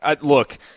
Look